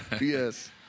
Yes